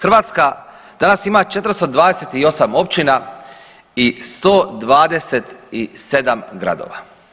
Hrvatska danas ima 428 općina i 127 gradova.